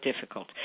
difficult